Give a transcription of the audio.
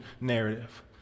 narrative